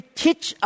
teach